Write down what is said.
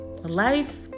Life